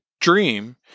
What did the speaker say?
dream